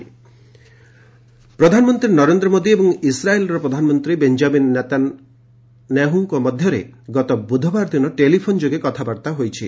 PM Benjamin Netanyahu ପ୍ରଧାନମନ୍ତ୍ରୀ ନରେନ୍ଦ୍ର ମୋଦି ଏବଂ ଇସ୍ରାଏଲ୍ର ପ୍ରଧାନମନ୍ତ୍ରୀ ବେଞ୍ଜାମିନ୍ ନେତାନ୍ୟାହୁଙ୍କ ମଧ୍ୟରେ ଗତ ବୁଧବାର ଦିନ ଟେଲିଫୋନ୍ ଯୋଗେ କଥାବାର୍ତ୍ତା ହୋଇଛି